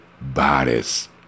bodies